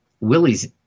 Willie's